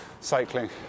cycling